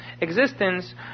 existence